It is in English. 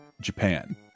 Japan